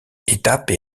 étape